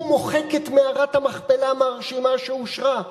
הוא מוחק את מערת המכפלה מהרשימה שאושרה?